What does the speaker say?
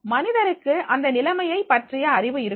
மனிதருக்கு அந்த நிலைமையை பற்றிய அறிவு இருக்கும்